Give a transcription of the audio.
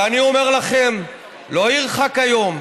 ואני אומר לכם, לא ירחק היום,